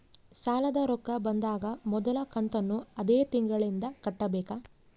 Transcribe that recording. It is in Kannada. ಸಾಲದ ರೊಕ್ಕ ಬಂದಾಗ ಮೊದಲ ಕಂತನ್ನು ಅದೇ ತಿಂಗಳಿಂದ ಕಟ್ಟಬೇಕಾ?